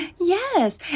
yes